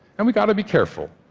and we've got to be careful.